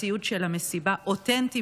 בוקר טוב.